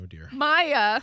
Maya